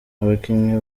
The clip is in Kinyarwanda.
abakinnyi